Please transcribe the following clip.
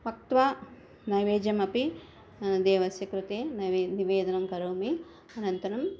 पक्त्वा नैवेद्यमपि देवस्य कृते नैवे निवेदनं करोमि अनन्तरम्